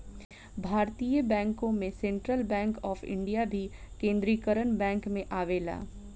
भारतीय बैंकों में सेंट्रल बैंक ऑफ इंडिया भी केन्द्रीकरण बैंक में आवेला